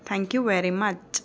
thank you very much